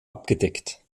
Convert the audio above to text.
abgedeckt